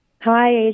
Hi